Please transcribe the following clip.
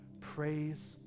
praise